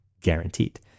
guaranteed